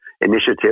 initiative